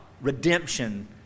redemption